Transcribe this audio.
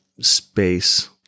space